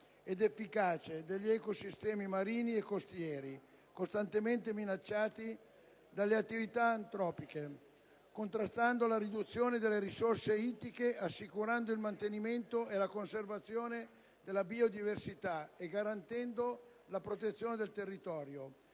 ed efficace degli ecosistemi marini e costieri, costantemente minacciati dalle attività antropiche, contrastando la riduzione delle risorse ittiche, assicurando il mantenimento e la conservazione della biodiversità e garantendo la protezione del territorio,